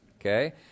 okay